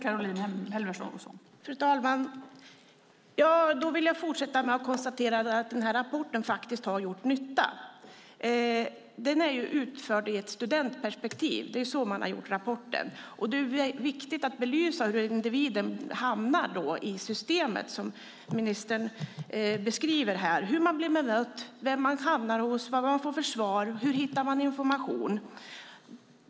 Fru talman! Jag vill fortsätta med att konstatera att den här rapporten har gjort nytta. Den är utförd ur ett studentperspektiv. Det är så man har gjort rapporten. Det är viktigt att belysa var individen hamnar i det system som ministern beskriver. Det handlar om hur man blir bemött, vem man hamnar hos, vilket svar man får och hur man hittar information.